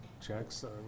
Jackson